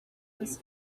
was